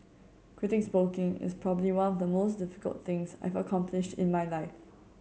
quitting smoking is probably one of the most difficult things I've accomplished in my life